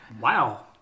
Wow